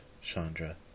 Chandra